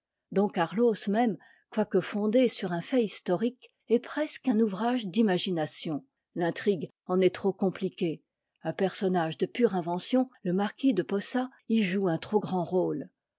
même quoique fon t dé sur un fait historique est presqu'un ouvrage f d'imagination l'intrigue en est trop compliqué un personnage de pure invention e marquis de posa y joue un trop grand rôle